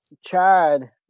Chad